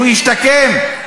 שהוא ישתקם?